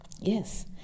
Yes